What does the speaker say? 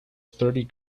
thirty